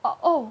orh oh